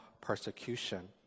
persecution